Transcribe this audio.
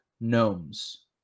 Gnomes